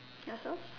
yourself